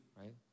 right